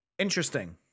interesting